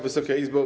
Wysoka Izbo!